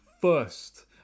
first